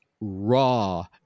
raw